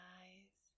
eyes